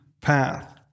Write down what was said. path